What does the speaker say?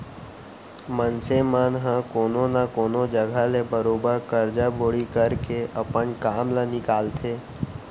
मनसे मन ह कोनो न कोनो जघा ले बरोबर करजा बोड़ी करके अपन काम ल निकालथे